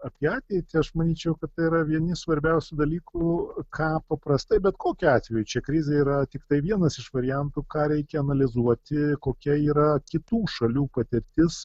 apie ateitį aš manyčiau kad tai yra vieni svarbiausių dalykų ką paprastai bet kokiu atveju čia krizė yra tiktai vienas iš variantų ką reikia analizuoti kokia yra kitų šalių patirtis